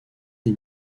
des